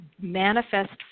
manifest